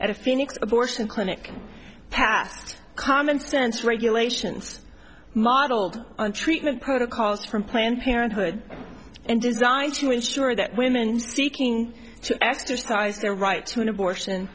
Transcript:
at a phoenix abortion clinic passed common sense regulations modeled on treatment protocols from planned parenthood and designed to ensure that women seeking after sties their right to an abortion